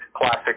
classic